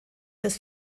des